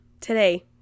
today